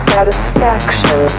Satisfaction